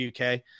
UK